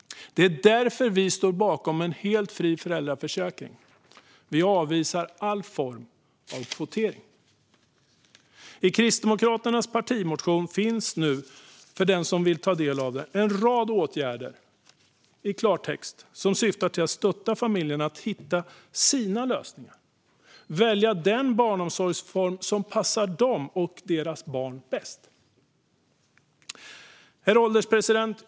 Därför står vi bakom en helt fri föräldraförsäkring och avvisar all form av kvotering. I Kristdemokraternas partimotion finns i klartext en rad åtgärder som syftar till att stötta familjerna att hitta sina lösningar och att välja den barnomsorgsform som passar dem och deras barn bäst. Herr ålderspresident!